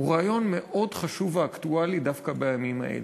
הוא רעיון מאוד חשוב ואקטואלי דווקא בימים האלה,